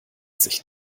sich